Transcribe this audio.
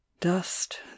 Dust